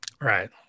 Right